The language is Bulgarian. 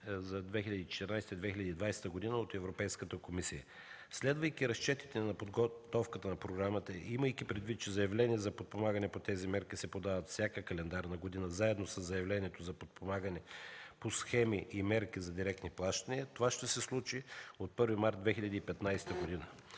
2014-2020 г. от Европейската комисия. Следвайки разчетите на подготовката на програмата и имайки предвид, че заявления за подпомагане по тези мерки се подават всяка календарна година, заедно със заявлението за подпомагане по схеми и мерки за директни плащания, това ще се случи от 1 март 2015 г.